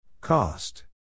cost